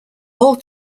all